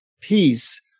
peace